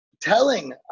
telling